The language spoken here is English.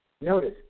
notice